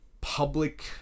public